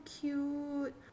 cute